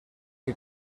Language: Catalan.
que